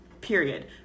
period